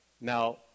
Now